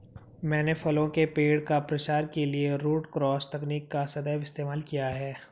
मैंने फलों के पेड़ का प्रसार के लिए रूट क्रॉस तकनीक का सदैव इस्तेमाल किया है